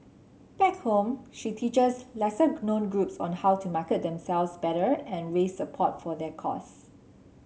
back home she teaches lesser known groups on how to market themselves better and raise support for their cause